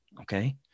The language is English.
Okay